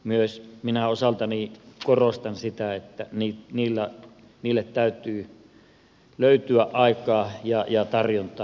myös minä osaltani korostan sitä että niille täytyy löytyä aikaa ja tarjontaa